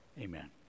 Amen